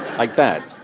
like that.